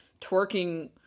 twerking